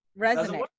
resonate